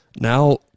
Now